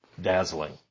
dazzling